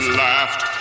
laughed